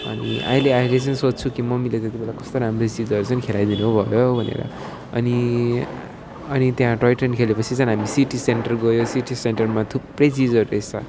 अनि अहिले अहिले चाहिँ सोच्छु कि मम्मीले त्यति बेला कस्तो राम्रै चिजहरू चाहिँ खेलाइदिनुभयो भनेर अनि अनि त्यहाँ टोय ट्रेन खेलेपछि चाहिँ हामी सिटी सेन्टर गयो सिटी सेन्टरमा थुप्रै चिजहरू रहेछ